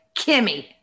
Kimmy